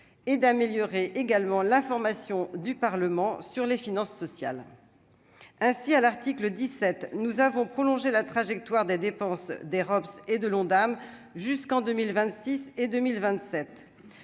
et d'améliorer également l'information du Parlement sur les finances sociales ainsi à l'article 17 nous avons prolongé la trajectoire des dépenses des robes s'et de l'Ondam jusqu'en 2000 26 et 2027